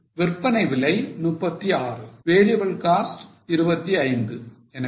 விற்பனை விலை 36 variable cost 25 எனவே contribution per unit 11